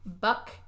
buck